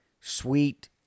sweet